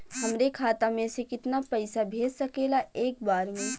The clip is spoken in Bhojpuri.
हमरे खाता में से कितना पईसा भेज सकेला एक बार में?